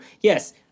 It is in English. Yes